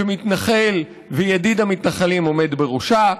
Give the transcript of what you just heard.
שמתנחל וידיד המתנחלים עומד בראשה,